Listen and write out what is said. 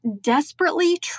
desperately